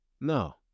No